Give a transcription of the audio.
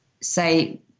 say